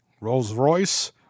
Rolls-Royce